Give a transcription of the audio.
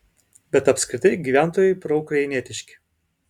bet apskritai gyventojai proukrainietiški